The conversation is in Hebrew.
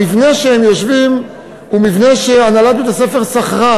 המבנה שהוא יושב בו הוא מבנה שהנהלת בית-הספר שכרה